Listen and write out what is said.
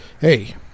hey